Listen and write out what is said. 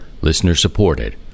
listener-supported